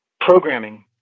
programming